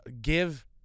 give